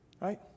Right